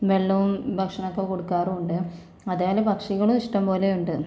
വെള്ളവും ഭക്ഷണവുമൊക്കെ കൊടുക്കാറുണ്ട് അതേപോലെ പക്ഷികള് ഇഷ്ടം പോലെയുണ്ട്